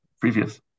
previous